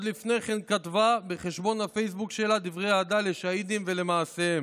עוד לפני כן כתבה בחשבון הפייסבוק שלה דברי אהדה לשהידים ולמעשיהם.